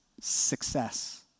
success